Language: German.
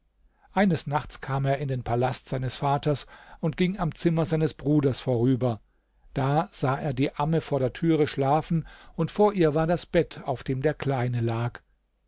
eines nachts kam er in den palast seines vaters und ging am zimmer seines bruders vorüber da sah er die amme vor der türe schlafen und vor ihr war das bett auf dem der kleine lag